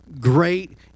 great